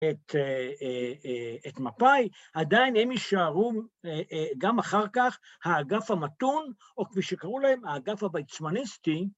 את מפא"י, עדיין הם ישארו גם אחר כך האגף המתון או כפי שקראו להם האגף הויצמניסטי